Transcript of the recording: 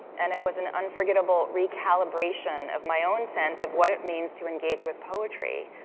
and it was an unforgettable recalibration of my own sense of what it means to engage with poetry.